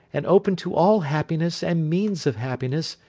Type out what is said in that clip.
and open to all happiness and means of happiness,